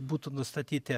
būtų nustatyti